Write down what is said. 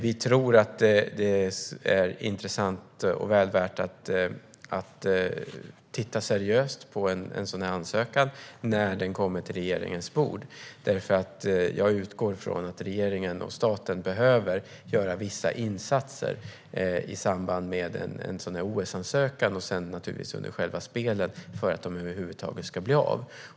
Vi tror att det är intressant och väl värt att titta seriöst på en sådan här ansökan när den kommer till regeringens bord. Jag utgår från att regeringen och staten behöver göra vissa insatser i samband med en sådan här OS-ansökan och sedan också under själva spelen för att de över huvud taget ska bli av.